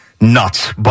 nuts